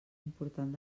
important